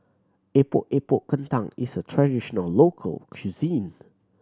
Epok Epok Kentang is a traditional local cuisine